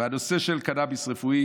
בנושא של קנביס רפואי